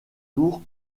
tour